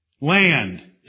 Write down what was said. Land